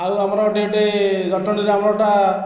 ଆଉ ଆମର ଏଠି ଗୋଟେ ଜଟଣୀ ଗ୍ରାମଟା